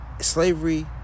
Slavery